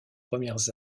premières